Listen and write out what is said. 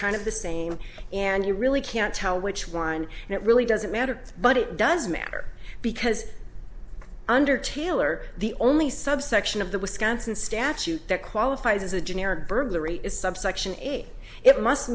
kind of the same and you really can't tell which one and it really doesn't matter but it does matter because under taylor the only subsection of the wisconsin statute that qualifies as a generic burglary is subsection eight it must